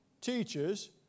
Teachers